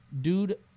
dude